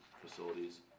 facilities